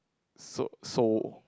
so soul